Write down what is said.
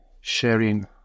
sharing